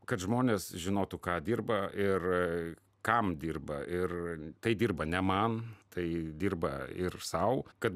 kad žmonės žinotų ką dirba ir kam dirba ir kai dirba ne man tai dirba ir sau kad